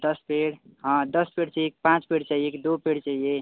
दस पेड़ हाँ दस पेड़ चाहिए कि पाँच पेड़ चाहिए कि दो पेड़ चाहिए